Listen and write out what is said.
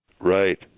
Right